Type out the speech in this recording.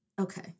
Okay